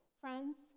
friends